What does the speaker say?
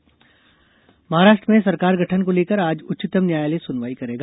महाराष्ट्र सरकार महाराष्ट्र में सरकार गठन को लेकर आज उच्चतम न्यायालय सुनवाई करेगा